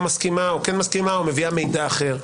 מסכימה או כן מסכימה או מביאה מידע אחר,